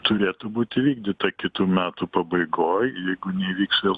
turėtų būt įvykdyta kitų metų pabaigoj jeigu neįvyks vėl